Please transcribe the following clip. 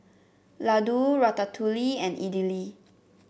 Ladoo Ratatouille and Idili